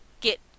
get